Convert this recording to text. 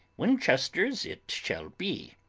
winchesters it shall be.